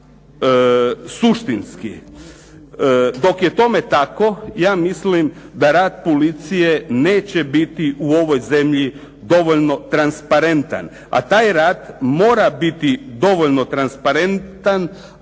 suštinski. Dok je tome tako, ja mislim da rad policije neće biti u ovoj zemlji dovoljno transparentan. A taj rad mora biti dovoljno transparentan